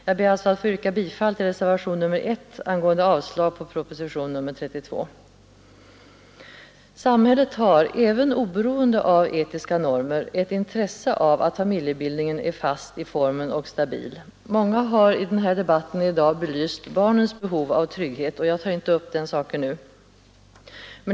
Jag ber alltså att få yrka bifall till reservationen 1 angående avslag på proposition nr 32. Samhället har, även oberoende av etiska normer, ett intresse av att familjebildningen är fast i formen och stabil. Många har i debatten i dag belyst barnens behov av trygghet, varför jag inte tar upp den saken nu.